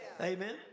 Amen